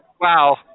Wow